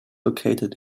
located